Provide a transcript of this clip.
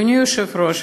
אדוני היושב-ראש,